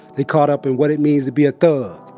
they caught up in what it means to be a thug.